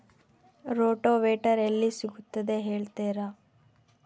Rotavator ಎಲ್ಲಿ ಸಿಗುತ್ತದೆ ಹೇಳ್ತೇರಾ?